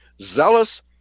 zealous